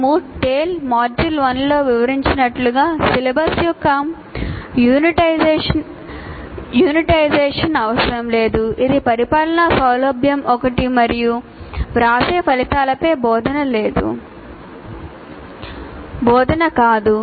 మేము TALE module 1 లో వివరించినట్లుగా సిలబస్ యొక్క యూనిటైజేషన్ అవసరం లేదు ఇది పరిపాలనా సౌలభ్యం ఒకటి మరియు వ్రాసే ఫలితాలపై బోధన లేదు